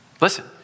Listen